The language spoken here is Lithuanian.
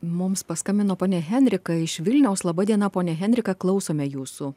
mums paskambino ponia henrika iš vilniaus laba diena ponia henrika klausome jūsų